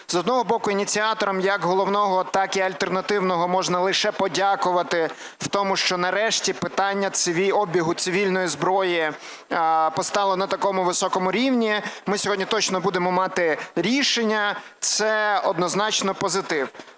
З одного боку, ініціатором як головного, так і альтернативного можна лише подякувати в тому, що нарешті питання обігу цивільної зброї поставлено на такому високому рівні. Ми сьогодні точно будемо мати рішення, це однозначно, позитив.